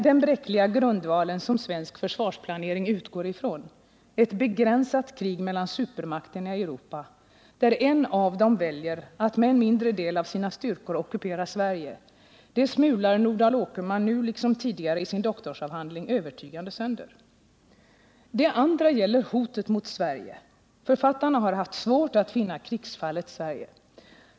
Den bräckliga grundval som svensk försvarsplanering utgår ifrån — ett begränsat krig mellan supermakterna i Europa, där en av dem väljer att med en mindre del av sina styrkor ockupera Sverige — smular Nordal Åkerman nu, liksom tidigare i sin doktorsavhandling, övertygande sönder. Den andra gäller hotet mot Sverige. Författarna har haft svårt att finna krigsfallet Sverige.